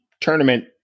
tournament